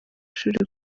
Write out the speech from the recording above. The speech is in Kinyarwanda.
ishuri